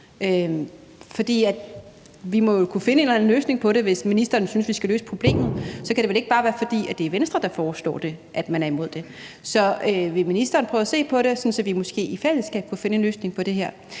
en eller anden løsning på det. Hvis ministeren synes, vi skal løse problemet, så kan det vel ikke bare være, fordi det er Venstre, der foreslår det, at man er imod det. Så vil ministeren prøve at se på det, sådan at vi måske i fællesskab kunne finde en løsning på det her?